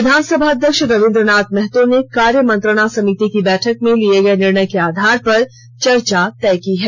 विधानसभा अध्यक्ष रवींद्र नाथ महतो ने कार्य मंत्रणा समिति की बैठक में लिए गए निर्णय के आधार पर चर्चा तय की है